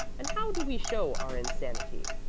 and how do we show our insanity?